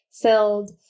filled